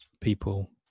people